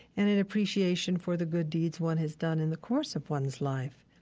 and an appreciation for the good deeds one has done in the course of one's life.